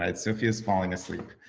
ah sofia's falling asleep.